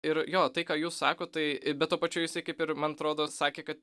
ir jo tai ką jūs sakot tai bet tuo pačiu jisai kaip ir man atrodo sakė kad